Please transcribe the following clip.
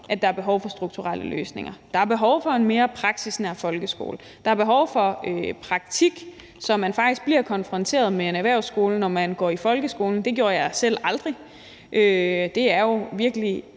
at der er behov for strukturelle løsninger. Der er behov for en mere praksisnær folkeskole, der er behov for praktik, så man faktisk bliver konfronteret med en erhvervsskole, når man går i folkeskolen. Det gjorde jeg selv aldrig, og det er jo virkelig